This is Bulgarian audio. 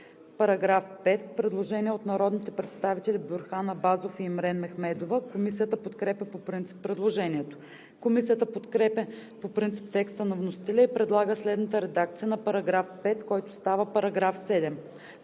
По § 5 има предложение от народните представители Бюрхан Абазов и Имрен Мехмедова. Комисията подкрепя по принцип предложението. Комисията подкрепя по принцип текста на вносителя и предлага следната редакция на § 5, който става § 7: „§ 7.